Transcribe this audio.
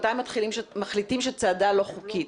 מתי מחליטים שצעדה לא חוקית.